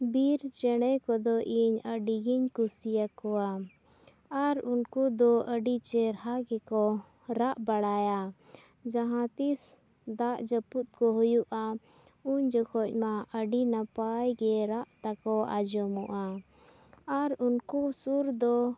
ᱵᱤᱨ ᱪᱮᱬᱮ ᱠᱚᱫᱚ ᱤᱧ ᱟᱹᱰᱤ ᱜᱤᱧ ᱠᱩᱥᱤᱭᱟᱠᱚᱣᱟ ᱟᱨ ᱩᱱᱠᱩ ᱫᱚ ᱟᱹᱰᱤ ᱪᱮᱨᱦᱟ ᱜᱮᱠᱚ ᱨᱟᱜ ᱵᱟᱲᱟᱭᱟ ᱡᱟᱦᱟᱸ ᱛᱤᱥ ᱫᱟᱜ ᱡᱟᱹᱯᱩᱫ ᱠᱚ ᱦᱩᱭᱩᱜᱼᱟ ᱩᱱ ᱡᱚᱠᱷᱚᱱ ᱢᱟ ᱟᱹᱰᱤ ᱱᱟᱯᱟᱭ ᱜᱮ ᱨᱟᱜ ᱛᱟᱠᱚ ᱟᱡᱚᱢᱚᱜᱼᱟ ᱟᱨ ᱩᱱᱠᱩ ᱥᱩᱨ ᱫᱚ